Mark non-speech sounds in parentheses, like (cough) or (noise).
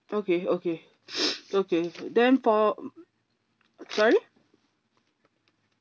okay okay (noise) okay then for sorry